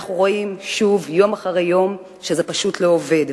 אנחנו רואים שוב, יום אחרי יום, שזה פשוט לא עובד.